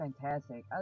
fantastic